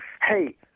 hey